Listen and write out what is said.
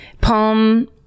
Palm